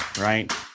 right